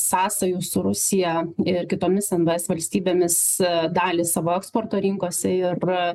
sąsajų su rusija ir kitomis nvs valstybėmis dalį savo eksporto rinkose ir